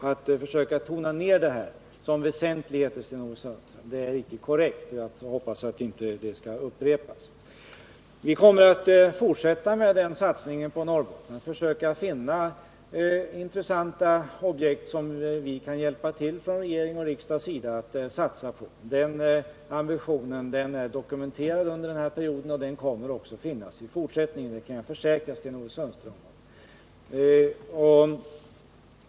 Att försöka tona ner de åtgärderna såsom oväsentligheter är inte korrekt, Sten-Ove Sundström, och jag hoppas att det inte skall upprepas. Vi kommer att fortsätta med den satsningen på Norrbotten. Vi skall försöka finna intressanta objekt som regering och riksdag kan hjälpa till att satsa på. Den ambitionen är ju redan dokumenterad under den här perioden, och den kommer också att finnas i fortsättningen, det kan jag försäkra Sten-Ove Sundström.